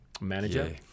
manager